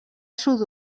sud